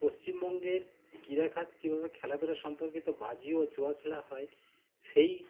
পশ্চিমবঙ্গের ক্রীড়া খাত কীভাবে খেলাধূলা সম্পর্কিত বাজি ও জুয়া খেলা হয় সেই